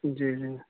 جی جی